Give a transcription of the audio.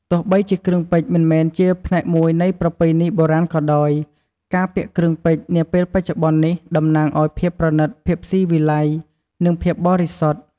ទោះបីជាគ្រឿងពេជ្រមិនមែនជាផ្នែកមួយនៃប្រពៃណីបុរាណក៏ដោយ ការពាក់គ្រឿងពេជ្រនាពេលបច្ចុប្បន្ននេះ តំណាងឱ្យ ភាពប្រណីត ភាពស៊ីវិល័យ និងភាពបរិសុទ្ធ។